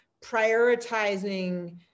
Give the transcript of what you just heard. prioritizing